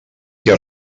què